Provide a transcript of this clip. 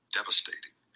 devastating